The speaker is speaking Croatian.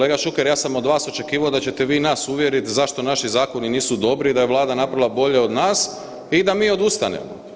A kolega Šuker, ja sam od vas očekivao da ćete vi nas uvjeriti zašto naši zakoni nisu dobri i da je Vlada napravila bolje od nas i da mi odustanemo.